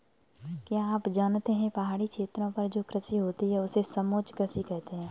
क्या आप जानते है पहाड़ी क्षेत्रों पर जो कृषि होती है उसे समोच्च कृषि कहते है?